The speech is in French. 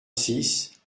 six